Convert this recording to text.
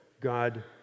God